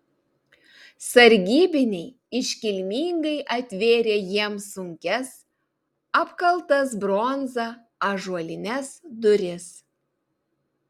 sargybiniai iškilmingai atvėrė jiems sunkias apkaltas bronza ąžuolines duris